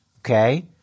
okay